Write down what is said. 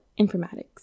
informatics